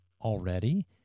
already